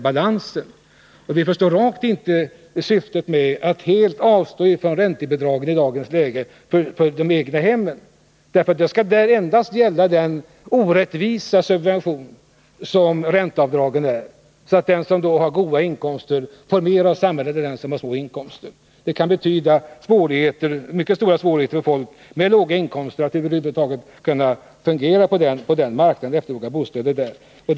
Vi förstår rakt inte syftet med att helt avstå från räntebidragen för egnahemmen, för då kommer där endast att gälla den orättvisa subvention som ränteavdraget utgör, så att den som har goda inkomster får mer av samhället än den som har små inkomster. Det kan Nr 51 UH betyda mycket stora svårigheter för folk med låga inkomster att över huvud taget kunna efterfråga dessa bostäder på marknaden.